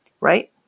right